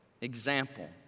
Example